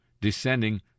descending